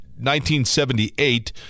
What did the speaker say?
1978